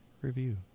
Review